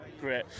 great